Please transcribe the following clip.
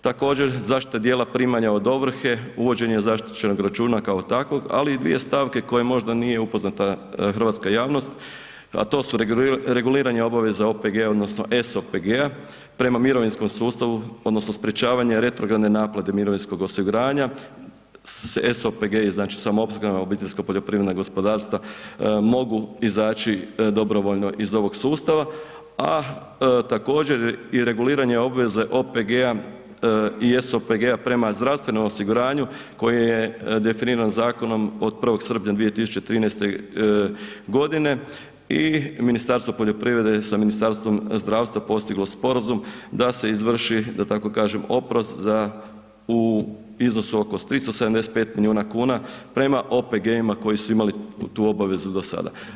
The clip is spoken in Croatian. Također, zaštita dijela primanja od ovrhe, uvođenje zaštićenog računa kao takvog, ali i dvije stavke koje možda nije upoznata hrvatska javnost, a to su reguliranje obaveza OPG-a odnosno SOPG-a prema mirovinskom sustavu, odnosno sprječavanje retrogradne naplate mirovinskog osiguranja, SOPG, znači samoopskrbna obiteljska poljoprivredna gospodarstva mogu izaći dobrovoljno iz ovog sustava, a također, i reguliranje obveze OPG-a i SOPG-a prema zdravstvenom osiguranju koje je definirano zakonom od 1. srpnja 2013. g. i Ministarstvo poljoprivrede sa Ministarstvom zdravstva postiglo sporazum da se izvrši, da tako kažem, oprost u iznosu od 375 milijuna kuna prema OPG-ima koji su imali tu obavezu do sada.